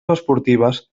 esportives